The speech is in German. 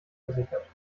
versichert